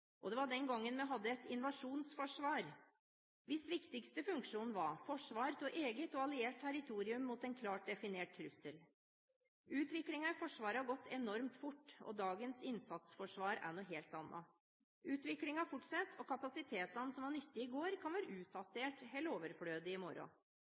og det var den gangen vi hadde et invasjonsforsvar, hvis viktigste funksjon var å forsvare eget og alliertes territorium mot en klart definert trussel. Utviklingen i Forsvaret har gått enormt fort, og dagens innsatsforsvar er noe helt annet. Utviklingen fortsetter, og kapasiteter som var nyttige i går, kan være